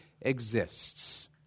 exists